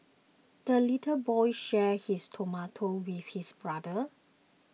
the little boy shared his tomato with his brother